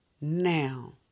now